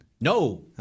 No